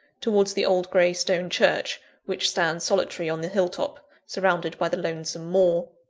towards the old grey stone church which stands solitary on the hill-top, surrounded by the lonesome moor.